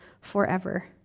forever